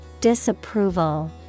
Disapproval